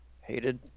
hated